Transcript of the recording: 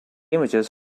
images